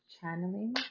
channeling